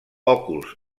òculs